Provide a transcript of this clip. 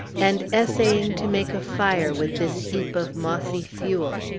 and essaying to make a fire with this heap of mossy fuel!